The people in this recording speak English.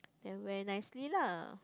then wear nicely lah